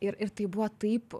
ir ir tai buvo taip